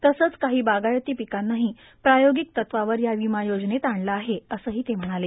तसंच काही बागायती पिकांनाही प्रायोगिक तत्वावर या विमा योजनेत आणलं आहे असंही ते म्हणाले